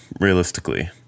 realistically